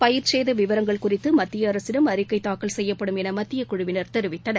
பயிர்ச்சேத விவரங்கள் குறித்து மத்திய அரசிடம் அறிக்கை தாக்கல் செய்யப்படும் என மத்தியக்குழுவினர் தெரிவித்தனர்